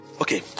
Okay